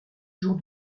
jour